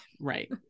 Right